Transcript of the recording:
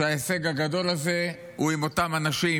שההישג הגדול הזה הוא עם אותם אנשים,